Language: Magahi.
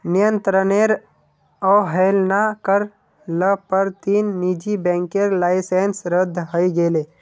नियंत्रनेर अवहेलना कर ल पर तीन निजी बैंकेर लाइसेंस रद्द हई गेले